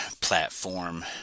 platform